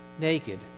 naked